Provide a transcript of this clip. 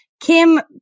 Kim